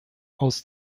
aus